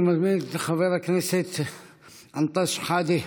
אני מזמין את חבר הכנסת אנטאנס שחאדה.